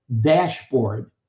dashboard